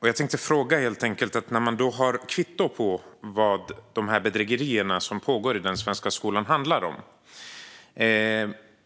När man då har ett kvitto på vad dessa bedrägerier i den svenska skolan handlar om,